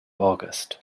august